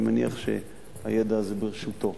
אני מניח שהידע הזה ברשותו: